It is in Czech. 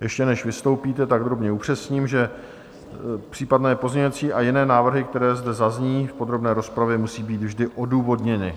Ještě než vystoupíte, drobně upřesním, že případné pozměňující a jiné návrhy, které zde zazní v podrobné rozpravě, musí být vždy odůvodněny.